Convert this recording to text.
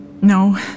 No